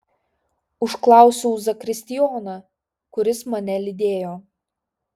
užklausiau zakristijoną kuris mane lydėjo